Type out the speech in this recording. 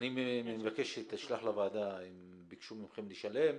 אני מבקש שתשלח לוועדה אם ביקשו מכם לשלם,